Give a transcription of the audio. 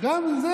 גם כהנא.